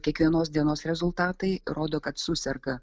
kiekvienos dienos rezultatai rodo kad suserga